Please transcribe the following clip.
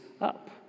up